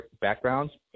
backgrounds